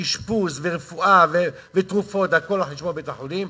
אשפוז ורפואה ותרופות והכול על חשבון בית-החולים,